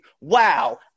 WOW